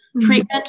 treatment